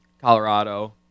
Colorado